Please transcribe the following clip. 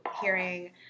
hearing